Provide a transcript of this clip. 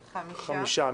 חמישה.